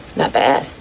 not bad.